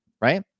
right